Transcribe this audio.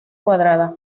cuadrada